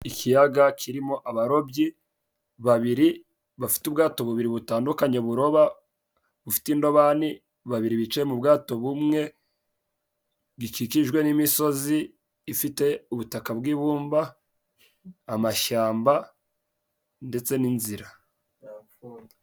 Ikiyaga kirimo abarobyi babiri. Bafite ubwato bubiri butandukanye buroba, bufite indobani babiri bicaye mu bwato bumwe. Gikikijwe n'imisozi ifite ubutaka bw'ibumba amashyamba ndetse n'inzira.